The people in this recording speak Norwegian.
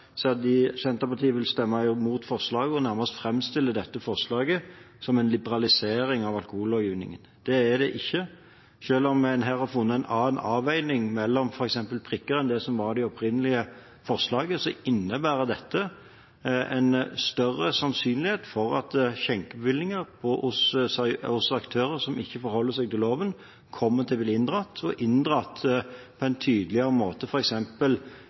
Senterpartiet vil stemme mot forslaget og nærmest framstiller det som en liberalisering av alkohollovgivningen. Det er det ikke. Selv om en her har funnet en annen avveiing mellom f.eks. prikker enn det som var i det opprinnelige forslaget, innebærer dette en større sannsynlighet for at skjenkebevillingene til aktører som ikke forholder seg til loven, kommer til å bli inndratt, og inndratt på en tydeligere måte